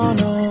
no